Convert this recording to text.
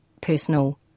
personal